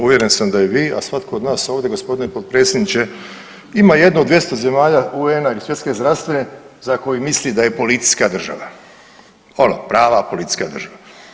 Uvjeren sam da i vi, a i svatko od nas ovdje g. potpredsjedniče ima jednu od 200 zemalja UN-a ili Svjetske zdravstvene za koju misli da je policijska država, ono prava policijska država.